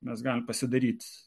mes gali pasidaryt